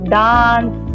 dance